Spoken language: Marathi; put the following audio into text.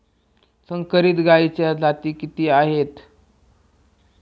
संकरित गायीच्या जाती किती आहेत?